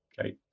Okay